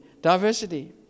diversity